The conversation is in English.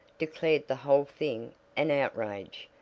declared the whole thing an outrage,